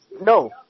No